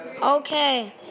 Okay